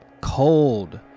cold